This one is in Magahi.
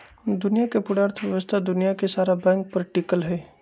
दुनिया के पूरा अर्थव्यवस्था दुनिया के सारा बैंके पर टिकल हई